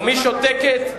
ומי שותקת,